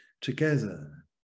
together